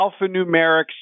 alphanumeric